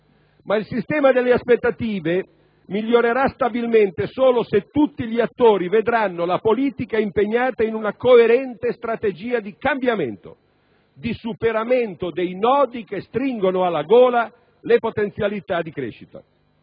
Ma il sistema delle aspettative migliorerà stabilmente solo se tutti gli attori vedranno la politica impegnata in una coerente strategia di cambiamento, di superamento dei nodi che stringono alla gola le potenzialità di crescita.